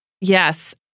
Yes